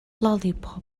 lollipop